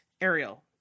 ariel